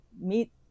meet